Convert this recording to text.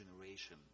generation